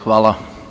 Hvala.